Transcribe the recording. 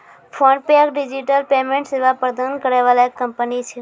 PhonePe एक digital payment सेवा प्रदान करै वाला एक कंपनी छै